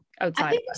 outside